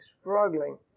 struggling